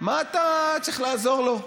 מה אתה צריך לעזור לו?